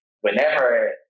whenever